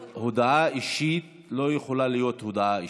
הודעה אישית לא יכולה להיות על הודעה אישית.